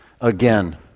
again